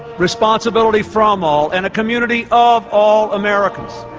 responsibility from all, and a community of all americans.